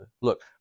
Look